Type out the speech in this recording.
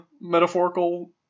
metaphorical